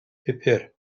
pupur